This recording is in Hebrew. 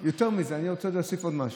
אני רוצה להוסיף עוד משהו.